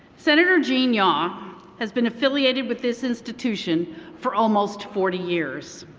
senator gene yaw has been affiliated with this institution for almost forty years.